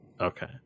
Okay